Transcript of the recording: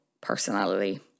personality